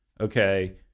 okay